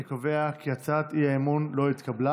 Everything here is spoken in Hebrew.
אני קובע כי הצעת האי-אמון לא התקבלה.